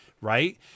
right